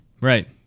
Right